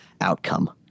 outcome